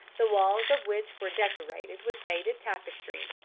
the walls of which were decorated with faded tapestry,